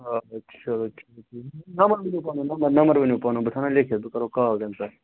آ چلو ٹھیٖک نمبر ؤنِو پَنُن نمبر نمبر ؤنِو پَنُن بہٕ تھاو نا لیکِتھ بہٕ کَرو کال تَمہِ ساتہٕ